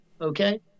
okay